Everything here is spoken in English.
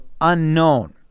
unknown